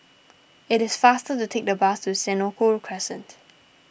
it is faster to take the bus to Senoko Crescent